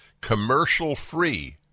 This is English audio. commercial-free